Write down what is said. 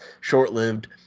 short-lived